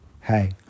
hey